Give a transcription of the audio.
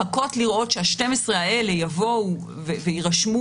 לחכות לראות שה-12 האלה יבואו ויירשמו